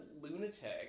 lunatic